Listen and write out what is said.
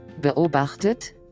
beobachtet